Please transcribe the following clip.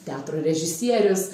teatro režisierius